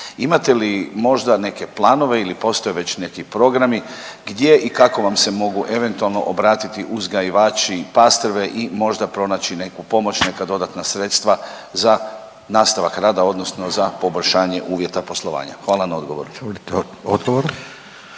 Imate li možda neke planove ili postoje već neki programi gdje i kako vam se mogu eventualno obratiti uzgajivači pastrve i možda pronaći neku pomoć, neka dodatna sredstva za nastavak rada odnosno za poboljšanje uvjeta poslovanja? Hvala na odgovoru.